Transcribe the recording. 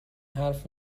حرف